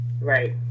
Right